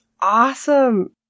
awesome